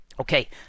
Okay